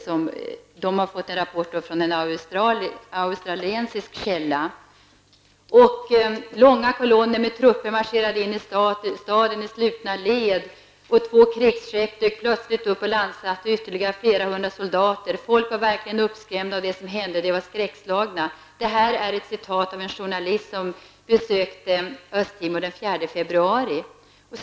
Kommittén har fått sin rapport från en australiensisk källa. Långa kolonner med trupper marscherade in i staden i slutna led, två krigsskepp dök plötsligt upp och landsatte ytterligare ett hundratal soldater. Folk var verkligen uppskrämda av vad som hände, de var skräckslagna. Det här är berättelser av en journalist som besökte Östtimor den 4 februari i år.